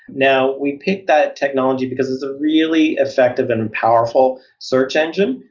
now we picked that technology because it's a really effective and and powerful search engine.